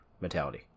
mentality